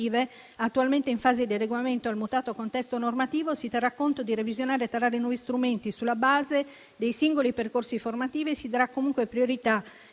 attualmente in fase di adeguamento al mutato contesto normativo, si terrà conto di revisionare e creare nuovi strumenti sulla base dei singoli percorsi formativi. Si darà comunque priorità,